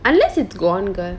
unless it's gone girl